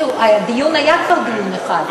תראו, כבר היה דיון אחד.